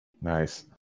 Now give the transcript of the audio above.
Nice